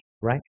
right